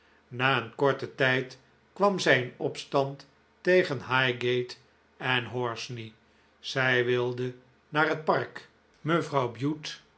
na een korten tijd kwam zij in opstand tegen highgate en hornsey zij wilde naar het park mevrouw bute